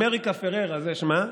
אמריקה פררה שמה,